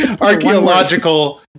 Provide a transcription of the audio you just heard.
archaeological